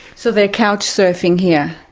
so they're couch surfing here.